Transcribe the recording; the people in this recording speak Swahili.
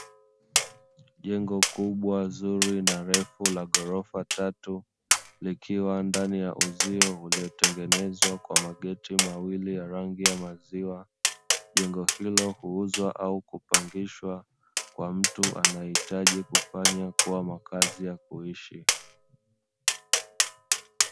Jengo kubwa zuri na refu la ghorofa tatu likiwa ndani ya uzio uliotengenezwa kwa mageti mawili ya rangi ya maziwa. Jengo hilo huuzwa au kupangishwa kwa mtu anayehitaji kufanya kuwa makazi ya kuishi.